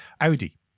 Audi